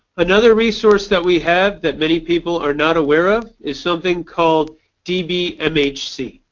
another resource that we have that many people are not aware of is something called dbmhc.